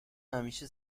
همیشه